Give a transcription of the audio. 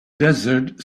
desert